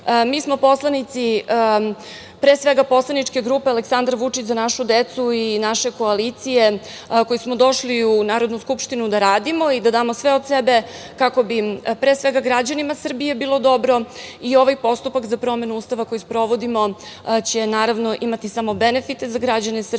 poslanici, pre svega, poslaničke grupe Aleksandar Vučić – Za našu decu i naše koalicije smo došli u Narodnu skupštinu da radimo i da damo sve od sebe kako bi građanima Srbije bilo dobro i ovaj postupak za promenu Ustava koji sprovodimo će imati samo benefite za građane Srbije.